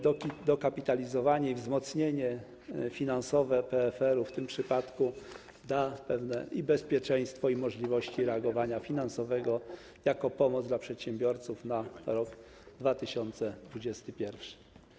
Dokapitalizowanie i wzmocnienie finansowe PFR-u w tym przypadku da pewne bezpieczeństwo i możliwości reagowania finansowego jako pomoc dla przedsiębiorców na rok 2021.